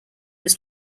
was